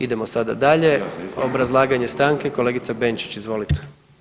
Idemo sada dalje obrazlaganje stanke kolegica Benčić, izvolite.